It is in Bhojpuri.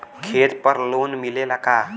खेत पर लोन मिलेला का?